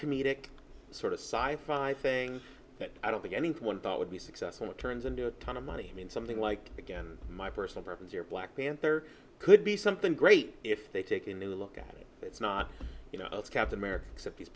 i thing that i don't think anyone thought would be successful it turns into a ton of money in something like again my personal preference your black panther could be something great if they take a new look at it it's not you know that's kept america except he